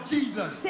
Jesus